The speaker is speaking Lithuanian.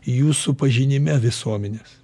jūsų pažinime visuomenės